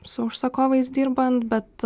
su užsakovais dirbant bet